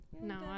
No